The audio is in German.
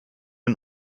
den